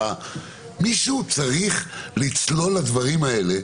מישהו צריך לצלול לדברים האלה,